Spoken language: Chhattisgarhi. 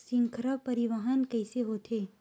श्रृंखला परिवाहन कइसे होथे?